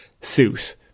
suit